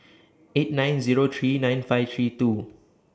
eight nine Zero three nine five three two